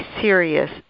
serious